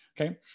okay